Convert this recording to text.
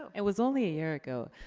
it was only a year ago.